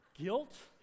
Guilt